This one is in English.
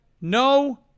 no